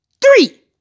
Three